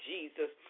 Jesus